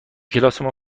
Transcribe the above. کلاسمون